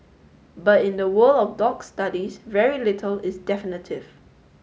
but in the world of dog studies very little is definitive